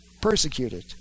persecuted